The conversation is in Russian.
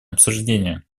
обсуждения